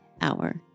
hour